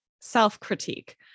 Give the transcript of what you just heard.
self-critique